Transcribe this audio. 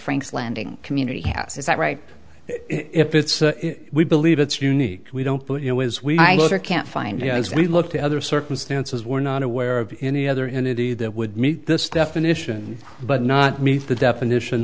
frank's landing community has is that right if it's we believe it's unique we don't put you know as we can't find you know as we look to other circumstances we're not aware of any other entity that would meet this definition but not meet the definition